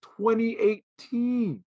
2018